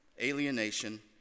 alienation